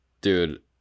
dude